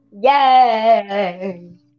Yay